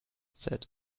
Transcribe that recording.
said